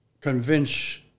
convince